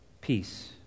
peace